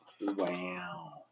Wow